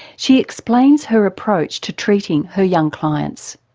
she explains her approach to treating her young clients.